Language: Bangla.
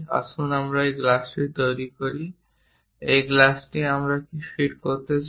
আসুন আমরা এই গ্লাসটি তৈরি করি এই গ্লাসটি আমরা কি ফিট করতে চাই